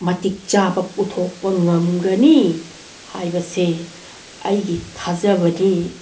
ꯃꯇꯤꯛ ꯆꯥꯕ ꯄꯨꯊꯣꯛꯄ ꯉꯝꯒꯅꯤ ꯍꯥꯏꯕꯁꯦ ꯑꯩꯒꯤ ꯊꯥꯖꯕꯅꯤ